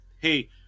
hey